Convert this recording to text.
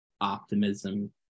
optimism